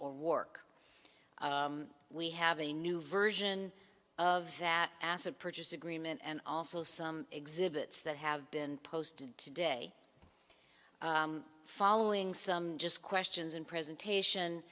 wark we have a new version of that acid purchase agreement and also some exhibits that have been posted today following some just questions and presentation